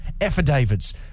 affidavits